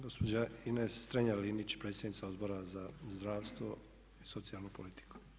Gospođa Ines Strenja-Linić, predsjednica Odbora za zdravstvo i socijalnu politiku.